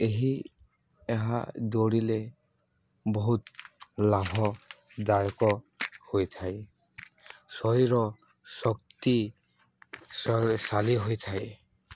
ଏହି ଏହା ଦୌଡ଼ିଲେ ବହୁତ ଲାଭଦାୟକ ହୋଇଥାଏ ଶରୀର ଶକ୍ତିଶାଳୀ ହୋଇଥାଏ